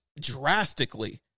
drastically